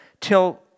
Till